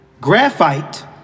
graphite